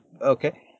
okay